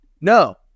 No